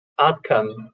outcome